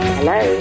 Hello